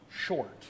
short